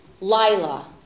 lila